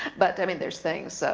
but i mean there's things, so